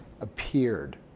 appeared